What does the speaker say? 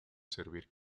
servir